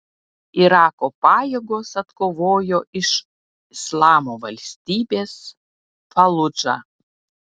irako pajėgos atkovojo iš islamo valstybės faludžą